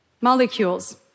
Molecules